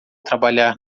trabalhar